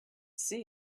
see